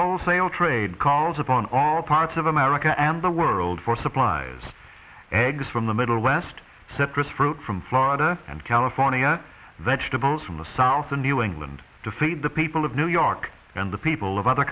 wholesale trade calls upon all parts of america and the world for supplies eggs from the middle west separates fruit from florida and california vegetables from the south in new england to feed the people of new york and the people of other